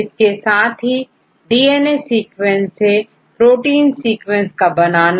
इसके साथ DNA sequence से प्रोटीन सीक्वेंस का बनना